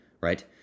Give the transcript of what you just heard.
right